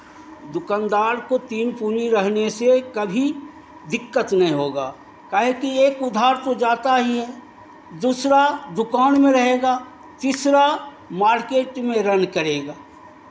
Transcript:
दुकानदार को तीन पूँजी रहने से कभी दिक्कत नहीं होगा काहेकि एक उधार तो जाता ही है दूसरा दुकान में रहेगा तीसरा मार्केट में रन करेगा